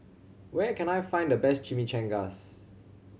where can I find the best Chimichangas